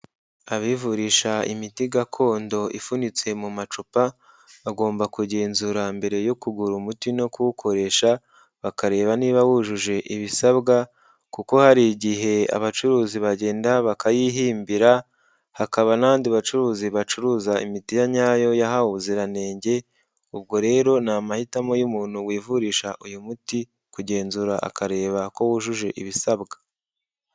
Abivurisha imiti gakondo ifunitse mu macupa, bagomba kugenzura mbere yo kugura umuti no kuwukoresha, bakareba niba wujuje ibisabwa, kuko hari igihe abacuruzi bagenda bakayihimbira, hakaba n'abandi bacuruzi bacuruza imiti ya nyayo yahawe ubuziranenge, ubwo rero ni amahitamo y'umuntu wivurisha uyu muti, kugenzura akareba ko wujuje ibisabwa.